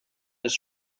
des